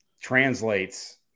translates